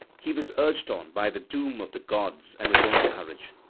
he was urged on by the doom of the gods and his own courage,